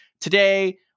Today